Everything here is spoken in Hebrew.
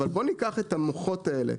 בוא ניקח את המוחות האלה,